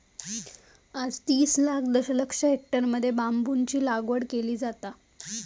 आज तीस लाख दशलक्ष हेक्टरमध्ये बांबूची लागवड केली जाता